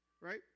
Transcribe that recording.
right